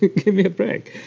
give me a break!